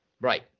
Right